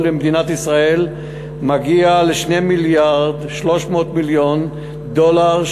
למדינת ישראל מגיע ל-2.3 מיליארד דולר,